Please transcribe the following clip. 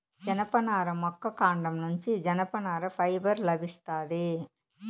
జనపనార మొక్క కాండం నుండి జనపనార ఫైబర్ లభిస్తాది